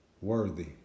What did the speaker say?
Worthy